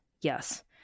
yes